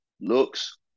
looks